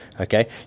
okay